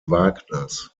wagners